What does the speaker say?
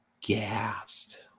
gassed